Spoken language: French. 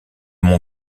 monts